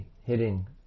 hitting